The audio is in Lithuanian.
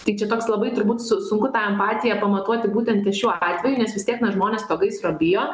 tik čia toks labai turbūt su sunku tą empatiją pamatuoti būtent ir šiuo atveju nes vis tiek na žmonės to gaisro bijo